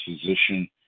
physician